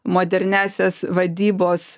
moderniąsias vadybos